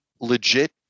legit